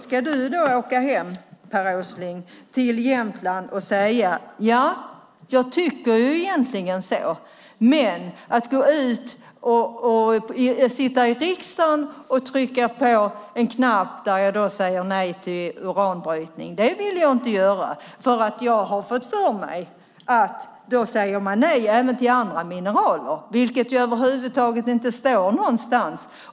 Ska du åka hem till Jämtland, Per Åsling, och säga: Jag tycker egentligen så, men sitta i riksdagen och trycka på en knapp där jag säger nej till uranbrytning vill jag inte göra för jag har fått för mig att man då säger nej även till andra mineraler. Det står över huvud taget inte någonstans.